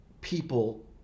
people